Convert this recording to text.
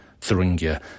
Thuringia